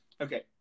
okay